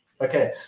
Okay